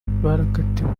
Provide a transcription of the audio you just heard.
barakatiwe